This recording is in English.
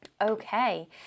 okay